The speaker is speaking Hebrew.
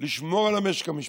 לשמור על המשק המשפחתי.